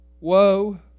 woe